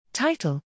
Title